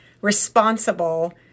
responsible